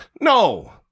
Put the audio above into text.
no